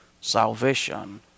salvation